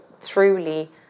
truly